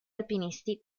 alpinisti